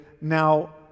Now